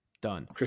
Done